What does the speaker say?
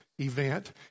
event